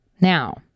Now